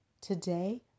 Today